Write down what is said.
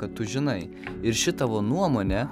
kad tu žinai ir ši tavo nuomonė